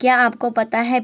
क्या आपको पता है